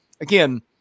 Again